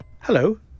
Hello